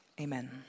Amen